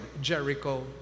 Jericho